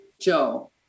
Joe